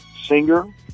singer